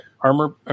Armor